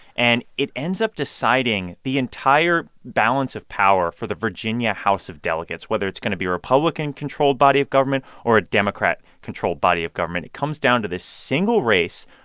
and it ends up deciding the entire balance of power for the virginia house of delegates whether it's going to be republican-controlled body of government or a democrat-controlled body of government. it comes down to this single race,